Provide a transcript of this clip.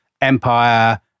empire